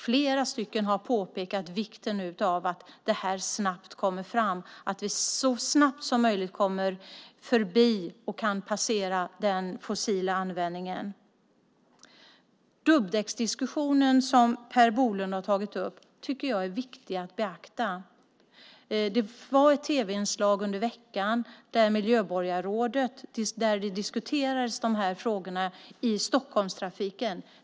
Flera i regeringen har påpekat vikten av att så snabbt som möjligt passera förbi användningen av fossila bränslen. Per Bolund tog upp dubbdäcksdiskussionen. Den är viktig att beakta. Det var ett tv-inslag under veckan med miljöborgarrådet där de här frågorna diskuterades gällande Stockholmstrafiken.